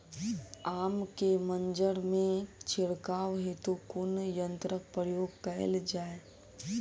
आम केँ मंजर मे छिड़काव हेतु कुन यंत्रक प्रयोग कैल जाय?